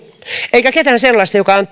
eikä ketään sellaista joka on